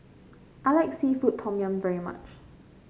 I like seafood Tom Yum very much